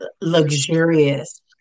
luxurious